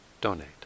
donate